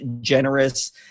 generous